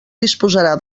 disposarà